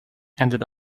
ended